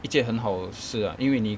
一件很好的事啊因为你